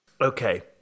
Okay